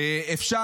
אופנוענים.